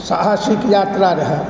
साहसिक यात्रा रहै